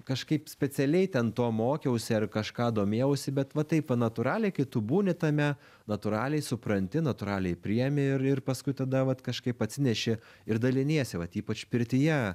kažkaip specialiai ten to mokiausi ar kažką domėjausi bet va taip va natūraliai kai tu būni tame natūraliai supranti natūraliai priėmi ir ir paskui tada vat kažkaip atsineši ir daliniesi vat ypač pirtyje